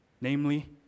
Namely